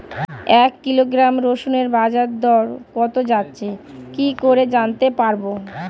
এক কিলোগ্রাম রসুনের বাজার দর কত যাচ্ছে কি করে জানতে পারবো?